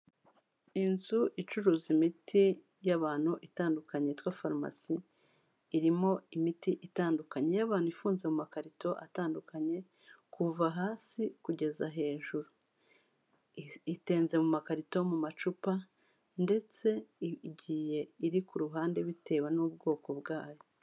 Inzu icuruza imiti y'abantu itandukanye yitwa farumasi irimo imiti itandukanye y'abantu ifunze makarito atandukanye kuva hasi kugeza hejuru, itenze mu makarito, mu macupa ndetse igiye iri ku ruhande bitewe n'ubwoko bwayo.